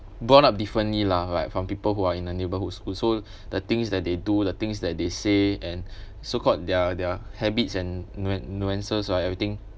brought up differently lah like from people who are in the neighbourhoods also the things that they do the things that they say and so called their their habits and nuan~ nuances right everything